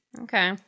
Okay